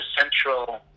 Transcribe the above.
central